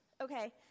Okay